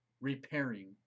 repairing